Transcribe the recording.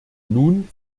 nun